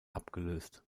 abgelöst